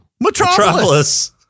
Metropolis